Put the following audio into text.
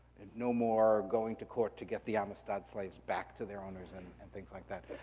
and no more going to court to get the amistad slaves back to their owners and and things like that.